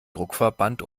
druckverband